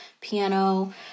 piano